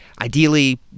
Ideally